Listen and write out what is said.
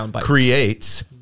creates